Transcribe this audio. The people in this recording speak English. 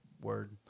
Word